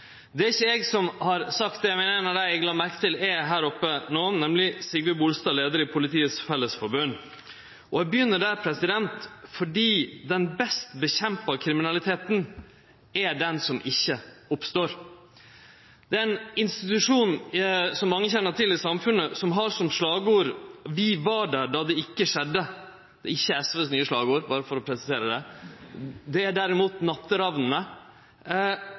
Det er ikkje eg som har sagt dette, det er ein av dei eg la merke til er her no, nemleg Sigve Bolstad, leiar i Politiets Fellesforbund. Eg begynner der, for den best motarbeida kriminaliteten er den som ikkje oppstår. Som mange kjenner til, er det ein institusjon i samfunnet som har som slagord «Vi var der da det ikkje skjedde» – det er ikkje SVs nye slagord, berre for å presisere det, det er derimot